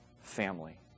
family